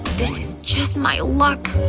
this is just my luck.